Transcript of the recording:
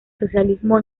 socialismo